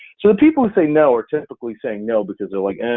so that people will say no, or typically saying no, because they're like,